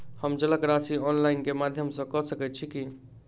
हम जलक राशि ऑनलाइन केँ माध्यम सँ कऽ सकैत छी?